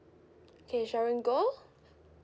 K sharon goh